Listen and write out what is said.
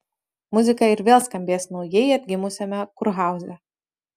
muzika ir vėl skambės naujai atgimusiame kurhauze